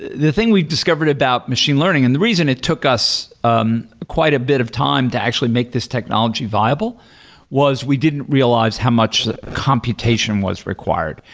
the thing we've discovered about machine learning and the reason it took us um quite a bit of time to actually make this technology viable was we didn't realize how much computation was required.